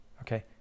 Okay